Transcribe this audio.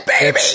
baby